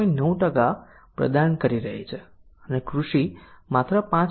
9 પ્રદાન કરી રહી છે અને કૃષિ માત્ર 5